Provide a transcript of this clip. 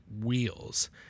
wheels